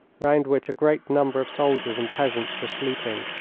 round which a great number of soldiers and peasants were sleeping.